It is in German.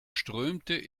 strömte